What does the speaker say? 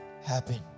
happen